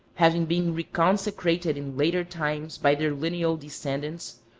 having been reconsecrated in later times by their lineal descendants,